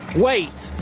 weight,